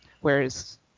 whereas